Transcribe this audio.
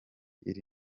iri